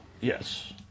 yes